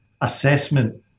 assessment